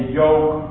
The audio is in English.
yoke